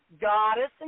goddess